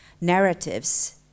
narratives